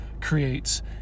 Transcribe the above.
creates